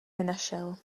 nenašel